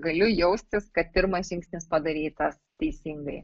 galiu jaustis kad pirmas žingsnis padarytas teisingai